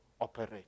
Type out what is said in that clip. operate